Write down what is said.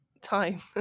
time